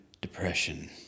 depression